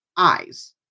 Eyes